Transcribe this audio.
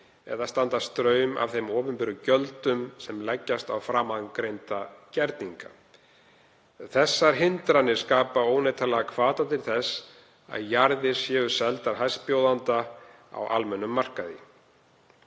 eða standa straum af þeim opinberu gjöldum sem leggjast á framangreinda gerninga. Þessar hindranir skapa óneitanlega hvata til þess að jarðir séu seldar hæstbjóðanda á almennum markaði.